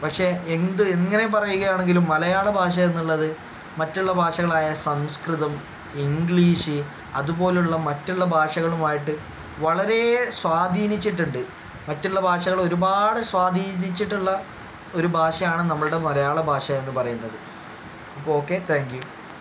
പക്ഷെ എന്ത് എങ്ങനെ പറയുകയാണെങ്കിലും മലയാള ഭാഷ എന്നുള്ളത് മറ്റുള്ള ഭാഷകളായ സംസ്കൃതം ഇംഗ്ലീഷ് അതുപോലുള്ള മറ്റുള്ള ഭാഷകളുമായിട്ട് വളരെ സ്വാധീനിച്ചിട്ടുണ്ട് മറ്റുള്ള ഭാഷകൾ ഒരുപാട് സ്വാധീനിച്ചിട്ടുള്ള ഒരു ഭാഷയാണ് നമ്മളുടെ മലയാള ഭാഷ എന്ന് പറയുന്നത് അപ്പം ഓക്കെ താങ്ക്യൂ